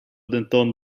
denton